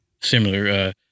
similar